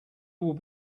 will